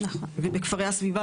ובכפרי הסביבה,